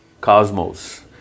cosmos